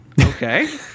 Okay